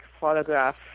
photograph